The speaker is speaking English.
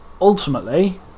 ultimately